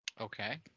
Okay